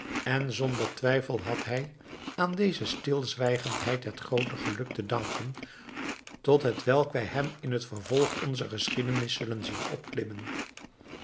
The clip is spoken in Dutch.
en zonder twijfel had hij aan deze stilzwijgendheid het hooge geluk te danken tot hetwelk wij hem in t vervolg onzer geschiedenis zullen zien opklimmen